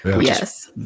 Yes